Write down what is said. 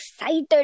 excited